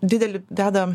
didelį deda